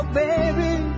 baby